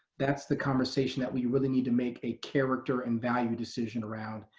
that's the conversation that we really need to make a character and value decision around,